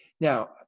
now